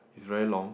is very long